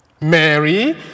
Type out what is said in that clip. Mary